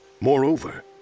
Moreover